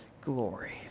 glory